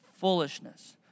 foolishness